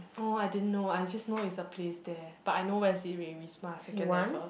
oh I didn't know I'm just know it's a place there but I know where is it Wi~ Wisma second level